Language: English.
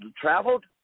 traveled